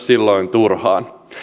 silloin turhaan